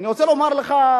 אני רוצה לומר לך,